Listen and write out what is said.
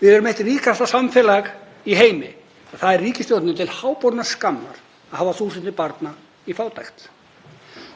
Við erum eitt ríkasta samfélag í heimi og það er ríkisstjórninni til háborinnar skammar að hafa þúsundir barna í fátækt.